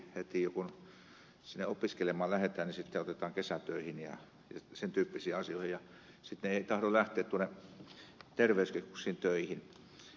heti kun sinne opiskelemaan lähdetään sitten otetaan kesätöihin ja sen tyyppisiin asioihin ja sitten eivät tahdo lähteä tuonne terveyskeskuksiin töihin